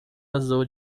azul